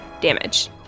damage